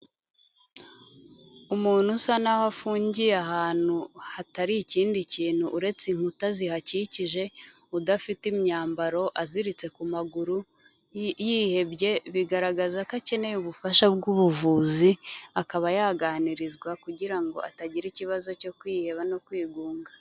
Umuntu usa naho afungiye ahantu hatari ikindi kintu uretse inkuta zihakikije, udafite imyambaro, aziritse ku maguru, yihebye, bigaragaza ko akeneye ubufasha bw'ubuvuzi akaba yaganirizwa kugira ngo atagira ikibazo cyo kwiheba no kwigunga.